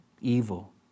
evil